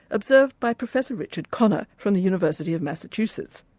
observed by professor richard connor from the university of massachusetts.